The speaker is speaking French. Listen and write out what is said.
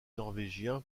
norvégien